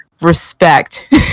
Respect